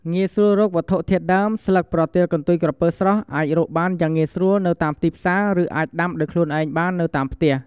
ងាយស្រួលរកវត្ថុធាតុដើម ស្លឹកប្រទាលកន្ទុយក្រពើស្រស់អាចរកបានយ៉ាងងាយស្រួលនៅតាមទីផ្សារ ឬអាចដាំដោយខ្លួនឯងនៅផ្ទះ។